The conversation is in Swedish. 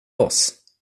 oss